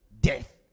death